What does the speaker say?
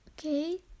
okay